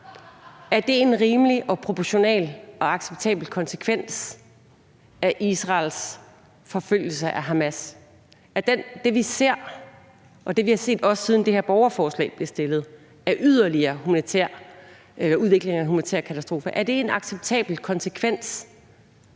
en rimelig, proportional og acceptabel konsekvens af Israels forfølgelse af Hamas? Er det, vi ser, og det, vi også